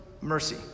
mercy